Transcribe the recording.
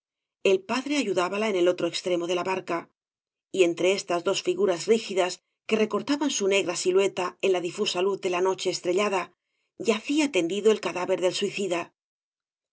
el padre ayudábala en el otro extremo de la barca y entre estas dos figuras v blasco ibáñbz rígidas que recortaban su negra silueta en la di fusa luz de la noche estrellada yacia tendido el cadáver del suicida